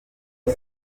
ati